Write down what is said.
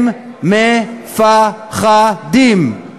הם מפחדים.